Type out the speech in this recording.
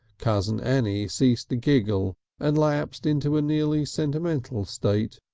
cousin annie ceased to giggle and lapsed into a nearly sentimental state.